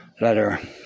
letter